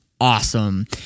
awesome